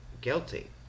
guilty